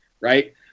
right